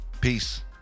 Peace